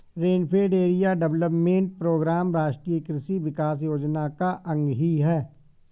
rainfed area development programme राष्ट्रीय कृषि विकास योजना का अंग ही है